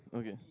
okay